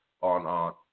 on